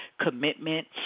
commitment